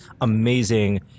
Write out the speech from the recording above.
amazing